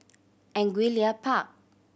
Angullia Park